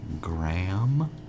Graham